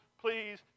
please